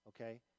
okay